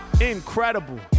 incredible